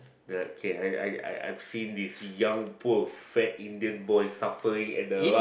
that okay I I I've seen this young poor fat Indian boy suffering at the